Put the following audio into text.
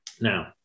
Now